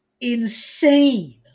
insane